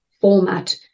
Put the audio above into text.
format